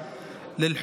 והומניים,